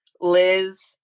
Liz